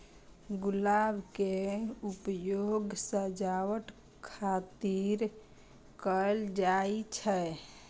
गुलाब के उपयोग सजावट खातिर कैल जाइ छै